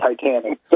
Titanic